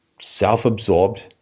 self-absorbed